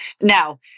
Now